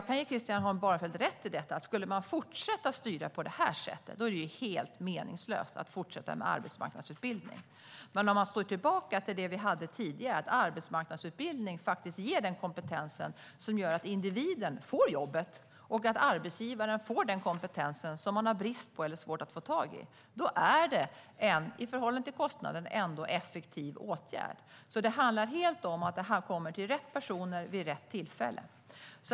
Skulle man fortsätta styra på det sättet vore det helt meningslöst att fortsätta med arbetsmarknadsutbildning. Jag kan ge Christian Holm Barenfeld rätt i det. Men om vi går tillbaka till det vi hade tidigare, att arbetsmarknadsutbildning faktiskt ger den kompetens som gör att individen får jobbet och att arbetsgivaren får den kompetens som man har brist på eller svårt att få tag i, är det i förhållande till kostnaden ändå en effektiv åtgärd. Det handlar helt om att det här kommer till rätt personer vid rätt tillfälle.